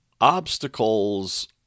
obstacles